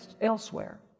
elsewhere